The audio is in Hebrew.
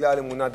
בגלל אמונה דתית,